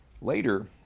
Later